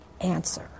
answer